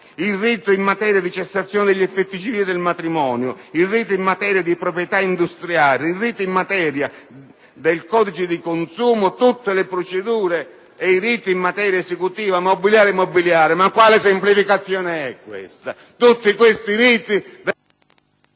il rito in materia di cessazione degli effetti civili del matrimonio, il rito in materia di proprietà industriale, il rito in materia di codice del consumo, tutte le procedure e i riti in materia esecutiva mobiliare e immobiliare. Ma quale semplificazione è questa? Tutti questi riti